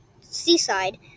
Seaside